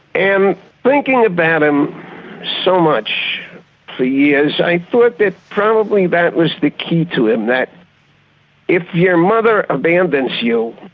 and thinking about him so much for years, i thought that probably that was the key to him, that if your mother abandons you,